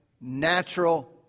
natural